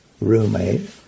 roommate